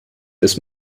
this